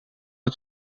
het